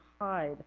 hide